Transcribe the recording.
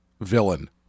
villain